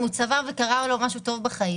אם הוא צבר וקרה לו משהו טוב בחיים,